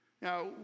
Now